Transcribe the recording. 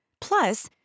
Plus